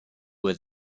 where